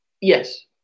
yes